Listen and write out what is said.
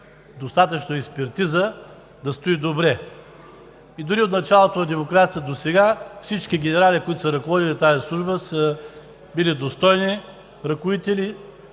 достатъчно експертиза, за да стои добре. От началото на демокрацията досега всички генерали, които са ръководили тази служба, са били достойни ръководители.